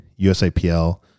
USAPL